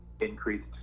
increased